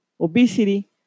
obesity